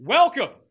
Welcome